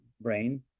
brain